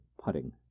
putting